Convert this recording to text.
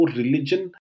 religion